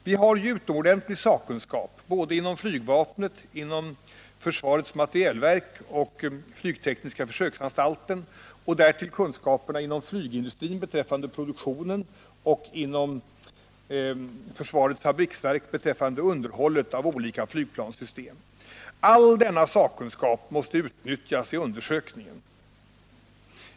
Vi har ju utomordentlig sakkunskap såväl inom flygvapnet och försvarets materielverk som inom flygtekniska försöksanstalten och därtill kunskaperna inom flygindustrin beträffande produktion samt inom försvarets fabriksverk beträffande underhållet av olika flygplanssystem. All denna sakkunskap måste utnyttjas i undersökningen.